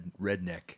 redneck